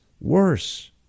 worse